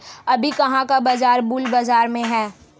अभी कहाँ का बाजार बुल बाजार में है?